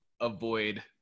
avoid